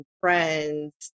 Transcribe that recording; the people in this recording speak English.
friends